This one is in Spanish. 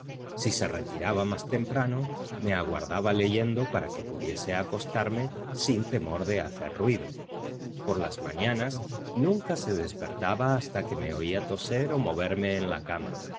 si se retiraba más temprano me aguardaba leyendo para que pudiese acostarme sin temor de hacer ruido por las mañanas nunca se despertaba hasta que me oía toser o moverme en la cama